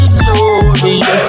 glory